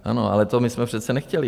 Ano, ale to my jsme přece nechtěli.